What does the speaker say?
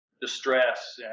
distress